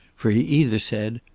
for he either said,